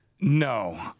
No